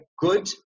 good